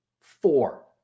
Four